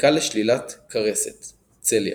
בדיקה לשלילת כרסת צליאק.